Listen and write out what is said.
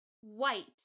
white